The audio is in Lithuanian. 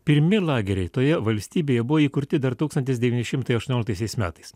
pirmi lageriai toje valstybėje buvo įkurti dar tūkstantis devyni šimtai aštuonioliktaisiais metais